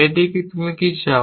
এটি কি তুমি কি চাও